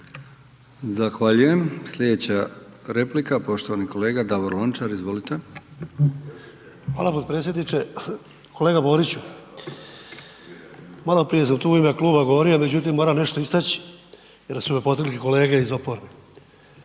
Zahvaljujem. Slijedeća replika, poštovani kolega Davor Lončar, izvolite. **Lončar, Davor (HDZ)** Hvala potpredsjedniče. Kolega Boriću, maloprije sam tu ime kluba govorio međutim moram nešto istaći jer su me potaknuli kolege iz oporbe.